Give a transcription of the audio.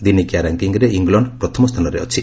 ଦିନିକିଆ ର୍ୟାଙ୍କିଙ୍ଗ୍ରେ ଇଂଲଣ୍ଡ ପ୍ରଥମ ସ୍ଥାନରେ ଅଛି